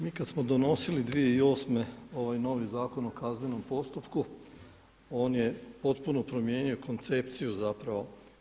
Mi kada smo donosili 2008. ovaj novi Zakon o kaznenom postupku on je potpuno promijenio koncepciju zapravo.